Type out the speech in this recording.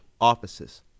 offices